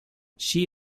she